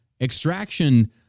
extraction